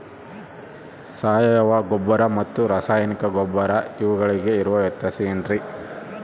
ಸಾವಯವ ಗೊಬ್ಬರ ಮತ್ತು ರಾಸಾಯನಿಕ ಗೊಬ್ಬರ ಇವುಗಳಿಗೆ ಇರುವ ವ್ಯತ್ಯಾಸ ಏನ್ರಿ?